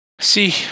see